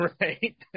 Right